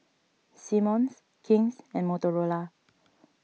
Simmons King's and Motorola